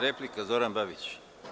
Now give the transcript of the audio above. Replika, Zoran Babić.